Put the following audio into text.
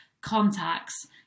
contacts